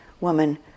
woman